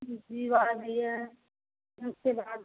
विवाह भी है उसके बाद